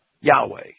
Yahweh